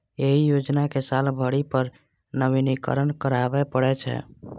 एहि योजना कें साल भरि पर नवीनीकरण कराबै पड़ै छै